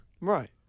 Right